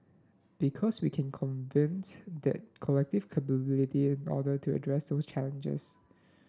because we can convenes that collective capability in order to address those challenges